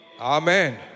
Amen